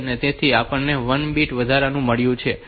તેથી આપણને 1 બીટ વધારાનું મળ્યું છે